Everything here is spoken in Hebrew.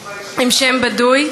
בבקשה להנפיק דרכון עם שם בדוי?